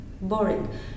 boring